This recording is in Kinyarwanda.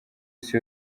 isi